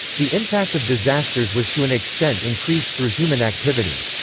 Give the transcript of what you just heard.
the impact of disasters was to an extent increased through human activity.